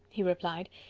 he replied,